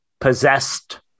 possessed